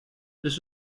this